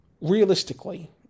realistically